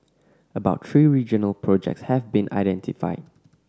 about three regional projects have been identified